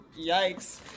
yikes